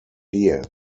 here